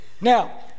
now